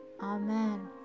Amen